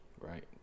right